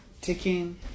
taking